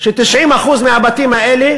ש-90% מהבתים האלה